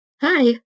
Hi